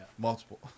Multiple